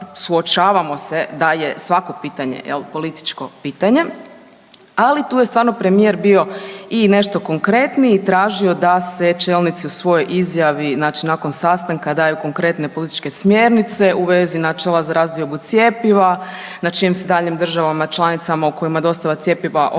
suočavamo se da je svako pitanje političko pitanje. Ali tu je stvarno premijer bio i nešto konkretniji, tražio da se čelnici u svojoj izjavi, znači nakon sastanka daju konkretne političke smjernice u vezi načela za razdiobu cjepiva na čijem se daljnjim državama članicama u kojima dostava cjepiva ozbiljno